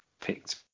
picked